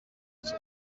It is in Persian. چیز